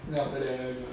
then after that leh